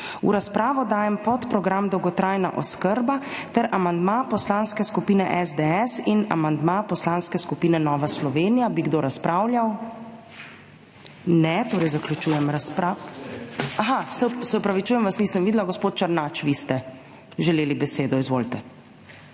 V razpravo dajem podprogram Dolgotrajna oskrba ter amandma Poslanske skupine SDS in amandma Poslanske skupine Nova Slovenija. Bi kdo razpravljal? Ne, torej zaključujem razprav… / oglašanje iz dvorane/ Aha, se opravičujem, nisem vas videla. Gospod Černač, vi ste želeli besedo. Izvolite.